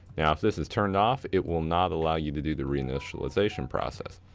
now, if this is turned off, it will not allow you to do the reinitialization process.